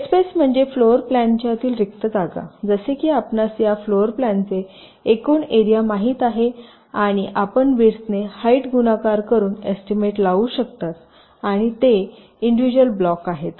dead space म्हणजे floor प्लॅनच्यातील रिक्त जागा जसे की आपणास या फ्लोर प्लॅनचे एकूण एरिया माहित आहे आणि आपण विड्थ ने हाईट गुणाकार करुन एस्टीमेट लावू शकता आणि तेथे इंडिजुअल ब्लॉक आहेत